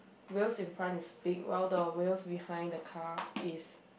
wheels in front the speed while though wheels behind the car is